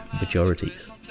majorities